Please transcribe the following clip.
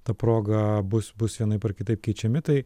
ta proga bus bus vienaip ar kitaip keičiami tai